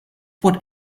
what